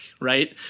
right